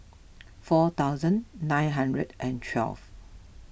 four thousand nine hundred and twelve